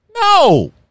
No